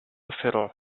fiddle